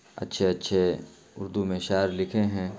اچھے اچھے اردو میں شعر لکھے ہیں